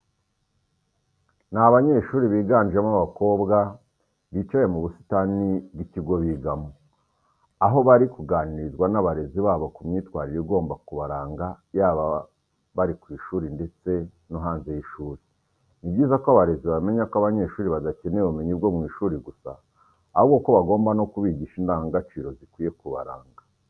Ni abanyeshuri biganjemo abakobwa bicaye mu busitani bw'ikigo bigamo, aho bari kuganirizwa n'abarezi babo ku myitwarire igomba kubaranga yaba bari ku ishuri ndetse no hanze y'ishuri. Ni byiza ko abarezi bamenya ko abanyeshuri badakeneye ubumenyi bwo mu ishuri gusa, ahubwo ko bagomba no kubigisha indangagaciro zikwiye kubaranga.